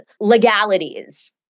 legalities